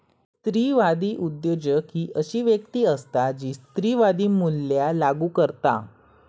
स्त्रीवादी उद्योजक ही अशी व्यक्ती असता जी स्त्रीवादी मूल्या लागू करता